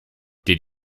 did